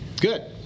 Good